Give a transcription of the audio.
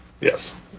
Yes